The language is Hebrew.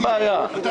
אין בעיה.